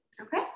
okay